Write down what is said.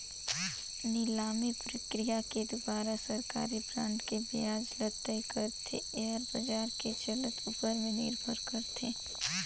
निलामी प्रकिया के दुवारा सरकारी बांड के बियाज ल तय करथे, येहर बाजार के चलत ऊपर में निरभर करथे